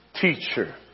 teacher